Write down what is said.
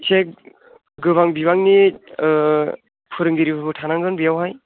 इसे गोबां बिबांनि फोरोंगिरिफोर थानांगोन बेवहाय